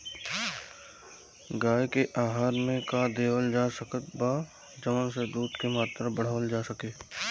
गाय के आहार मे का देवल जा सकत बा जवन से दूध के मात्रा बढ़ावल जा सके?